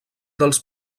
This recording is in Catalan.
dels